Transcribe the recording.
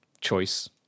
choice